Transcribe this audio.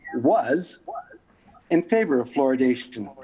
was was in favor of fluoridation.